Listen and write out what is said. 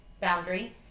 boundary